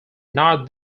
not